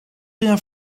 rien